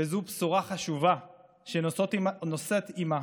וזו בשורה חשובה שנושאת עימה